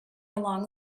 along